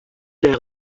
der